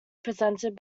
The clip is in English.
presented